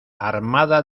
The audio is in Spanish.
armada